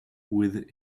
with